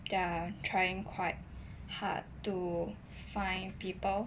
they are trying quite hard to find people